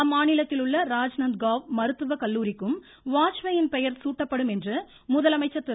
அம்மாநிலத்தில் உள்ள ராஜ்நந்த் காவ் மருத்துவ கல்லூரிக்கும் வாஜ்பாயின் பெயர் சூட்டப்படும் என்று முதலமைச்சர் திரு